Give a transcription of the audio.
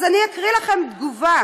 אז אני אקריא לכם תגובה